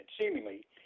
seemingly